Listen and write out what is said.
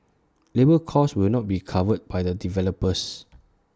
labour cost will not be covered by the developers